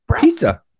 pizza